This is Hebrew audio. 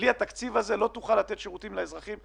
בלי התקציב הזה לא תוכל לתת שירותים לאזרחים.